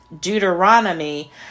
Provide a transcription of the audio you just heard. deuteronomy